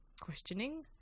questioning